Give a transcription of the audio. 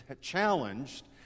challenged